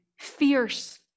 fierce